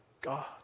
God